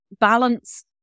balance